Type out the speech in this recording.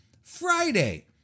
Friday